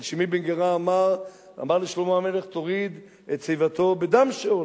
על שמעי בן גרא אמר לשלמה המלך: תוריד את שיבתו בדם שאול.